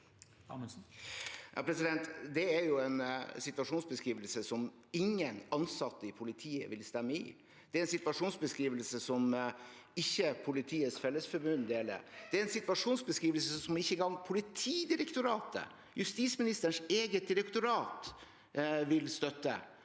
Det er en si- tuasjonsbeskrivelse ingen ansatte i politiet vil stemme i. Det er en situasjonsbeskrivelse Politiets Fellesforbund ikke deler. Det er en situasjonsbeskrivelse ikke engang Politidirektoratet, justisministerens eget direktorat, vil støtte.